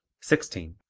sixteen.